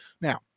Now